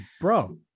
bro